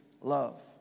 love